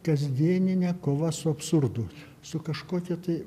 kasdieninė kova su absurdu su kažkokia tai